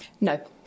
no